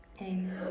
Amen